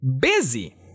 busy